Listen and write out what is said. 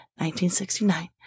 1969